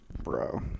bro